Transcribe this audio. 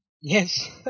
Yes